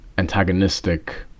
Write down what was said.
antagonistic